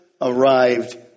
arrived